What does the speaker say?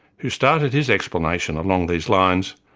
who started his explanation along these lines,